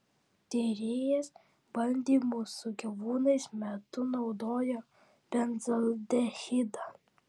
tyrėjas bandymų su gyvūnais metu naudojo benzaldehidą